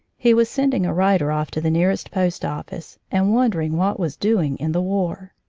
he was sending a rider off to the nearest post-office and wondering what was doing in the war,